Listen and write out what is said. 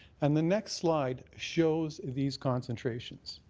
and the next slide shows these concentrations.